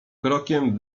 krokiem